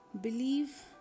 believe